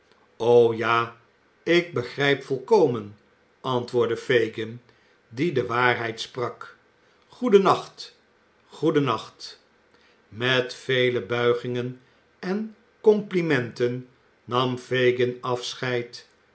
o ja ik begrijp volkomen antwoordde fagin die de waarheid sprak goedennacht i goedennacht met vele buigingen en complimenten nam fagin afscheid